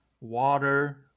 water